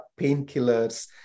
painkillers